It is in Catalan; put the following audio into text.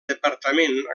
departament